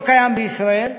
שלא קיים בישראל,